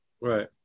Right